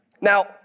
Now